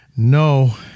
No